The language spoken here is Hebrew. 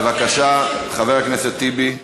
בבקשה, חבר הכנסת טיבי,